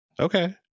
Okay